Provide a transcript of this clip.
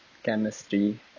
chemistry